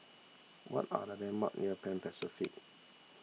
what are the landmarks near Pan Pacific